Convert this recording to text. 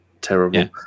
Terrible